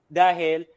dahil